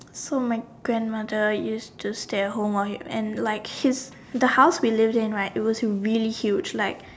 so my grandmother used to stay at home while he and like his the house we lived in like it was really huge like